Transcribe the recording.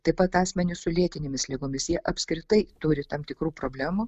taip pat asmenys su lėtinėmis ligomis jie apskritai turi tam tikrų problemų